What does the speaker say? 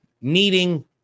needing